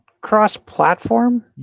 cross-platform